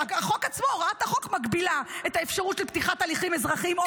הוראת החוק מגבילה את האפשרות לפתיחת הליכים אזרחיים או